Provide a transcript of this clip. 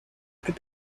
plus